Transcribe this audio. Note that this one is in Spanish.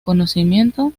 conocimiento